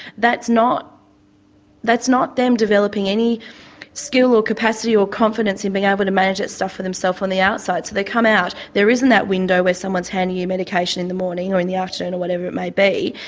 that's not that's not them developing any skill or capacity or confidence in being able to manage that stuff for themself on the outside. so they come out, there isn't that window where someone's handing you your medication in the morning, or in the afternoon, or whenever it may be,